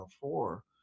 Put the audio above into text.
four